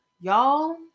Y'all